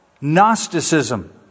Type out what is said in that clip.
Gnosticism